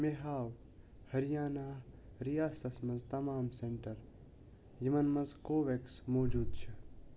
مےٚ ہاو ۂریانَہ رِیاستس منٛز تمام سٮ۪نٛٹر یِمَن منٛز کووٮ۪کٕس موجوٗد چھِ